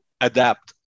adapt